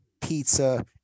pizza